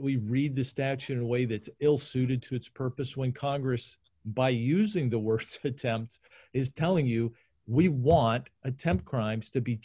we read the statute and wave it's ill suited to its purpose when congress by using the words for towns is telling you we want attempt crimes to be